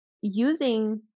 using